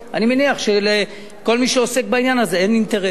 אני מניח שלכל מי שעוסק בעניין הזה אין אינטרס.